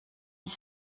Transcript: dix